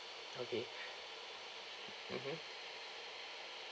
okay mmhmm